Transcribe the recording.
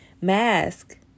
mask